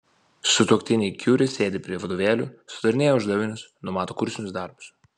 sutuoktiniai kiuri sėdi prie vadovėlių sudarinėja uždavinius numato kursinius darbus